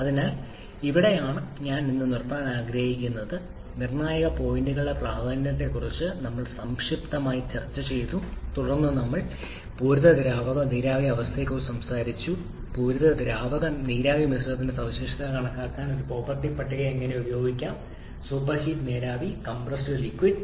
അതിനാൽ ഇവിടെയാണ് ഞാൻ ഇന്ന് നിർത്താൻ ആഗ്രഹിക്കുന്നത് നിർണായക പോയിന്റുകളുടെ പ്രാധാന്യത്തെക്കുറിച്ച് ഞങ്ങൾ സംക്ഷിപ്തമായി ചർച്ചചെയ്തു തുടർന്ന് ഞങ്ങൾ പൂരിത ദ്രാവക നീരാവി അവസ്ഥയെക്കുറിച്ച് സംസാരിച്ചു പൂരിത ദ്രാവക നീരാവി മിശ്രിതത്തിന്റെ സവിശേഷതകൾ കണക്കാക്കാൻ ഒരു പ്രോപ്പർട്ടി പട്ടിക എങ്ങനെ ഉപയോഗിക്കാം സൂപ്പർഹീറ്റ് നീരാവി കംപ്രസ്ഡ് ലിക്വിഡ്